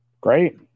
great